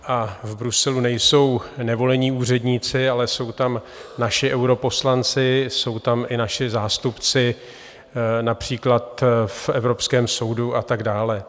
A v Bruselu nejsou nevolení úředníci, ale jsou tam naši europoslanci, jsou tam i naši zástupci například v Evropském soudu a tak dále.